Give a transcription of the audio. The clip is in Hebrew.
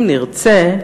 אם נרצה,